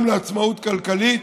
גם לעצמאות כלכלית,